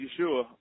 Yeshua